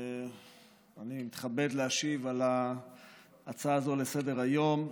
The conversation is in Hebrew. אני מתכבד להשיב על ההצעה הזו לסדר-היום.